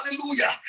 Hallelujah